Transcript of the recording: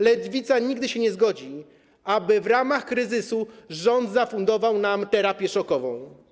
Lewica nigdy się nie zgodzi, aby w ramach kryzysu rząd zafundował nam terapię szokową.